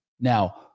Now